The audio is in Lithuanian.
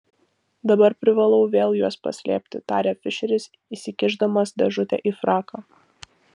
dabar privalau vėl juos paslėpti tarė fišeris įsikišdamas dėžutę į fraką